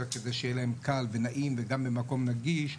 כדי שיהיה להם קל ונעים וגם במקום נגיש,